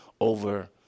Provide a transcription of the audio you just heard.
over